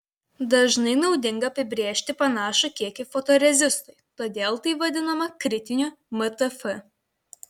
dažnai naudinga apibrėžti panašų kiekį fotorezistui todėl tai vadinama kritiniu mtf